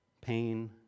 pain